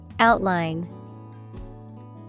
Outline